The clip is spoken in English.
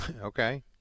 Okay